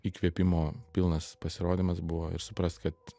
įkvėpimo pilnas pasirodymas buvo ir suprast kad